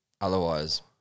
Otherwise